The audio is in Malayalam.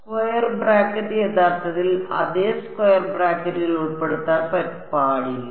സ്ക്വയർ ബ്രാക്കറ്റ് യഥാർത്ഥത്തിൽ അതെ സ്ക്വയർ ബ്രാക്കറ്റിൽ ഉൾപ്പെടുത്താൻ പാടില്ല